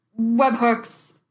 webhooks